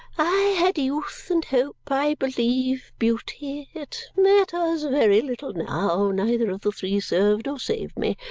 i had youth and hope. i believe, beauty. it matters very little now. neither of the three served or saved me.